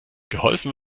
geholfen